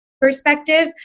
perspective